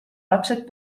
lapsed